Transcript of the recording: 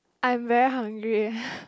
I'm very hungry eh